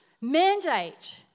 mandate